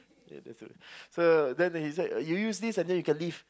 eat the fruit so then they said you use this and then you can leave